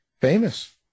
famous